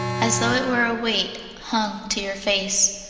as though it were a weight hung to your face.